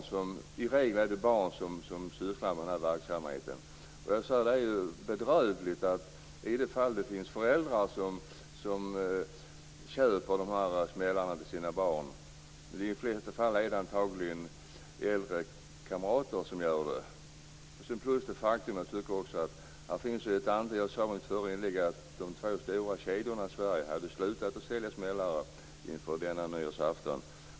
I regel är det barn som sysslar med denna verksamhet. Det är bedrövligt med de föräldrar som köper dessa smällare till sina barn. I vissa fall är det antagligen äldre kamrater som gör så. Jag sade i mitt förra inlägg att två stora kedjor i Sverige har slutat att sälja smällare inför den senaste nyårsaftonen.